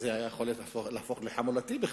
זה יכול היה להפוך לחמולתי בכלל.